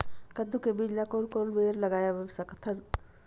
कददू के बीज ला कोन कोन मेर लगय सकथन?